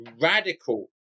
radical